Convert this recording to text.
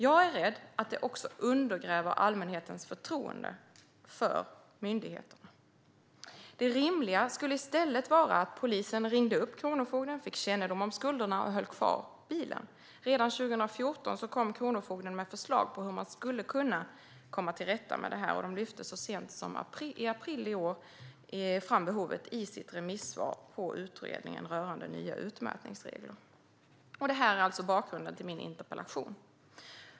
Jag är rädd att detta också undergräver allmänhetens förtroende för myndigheterna. Det rimliga skulle i stället vara att polisen ringde upp Kronofogden, fick kännedom om skulderna och höll kvar bilen. Redan 2014 kom Kronofogden med förslag på hur man skulle kunna komma till rätta med detta. Och de lyfte så sent som i april i år fram behovet i sitt remissvar på utredningen rörande nya utmätningsregler. Det är alltså bakgrunden till min interpellation.